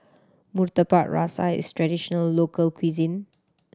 Murtabak Rusa is a traditional local cuisine